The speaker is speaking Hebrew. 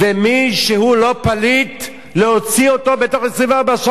להוציא אותו בתוך 24 שעות משטח מדינת ישראל.